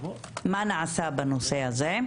מה נעשה בנושא הזה?